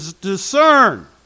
discern